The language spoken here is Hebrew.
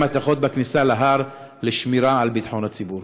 המתכות בכניסה להר לשמירה על ביטחון הציבור.